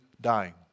dying